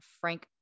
Frank